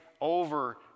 over